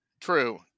True